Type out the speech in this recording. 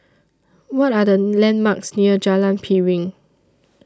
What Are The landmarks near Jalan Piring